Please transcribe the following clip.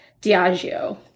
Diageo